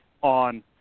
on